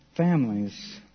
Families